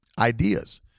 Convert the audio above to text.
ideas